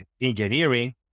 engineering